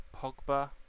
Pogba